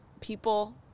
people